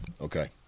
Okay